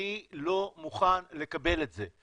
אני לא מוכן לקבל את זה.